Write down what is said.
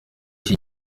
iki